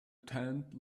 tent